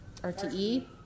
RTE